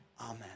Amen